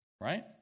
Right